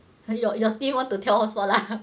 and your your team want to 跳 hotspot lah